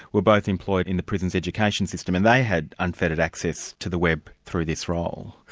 were both employed in the prison's education system, and they had unfettered access to the web through this role.